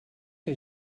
que